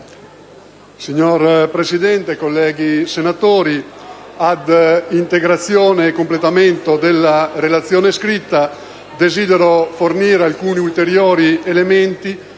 Signora Presidente, colleghi senatori, ad integrazione e completamento della relazione scritta desidero fornire alcuni ulteriori elementi